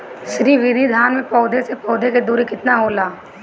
श्री विधि धान में पौधे से पौधे के दुरी केतना होला?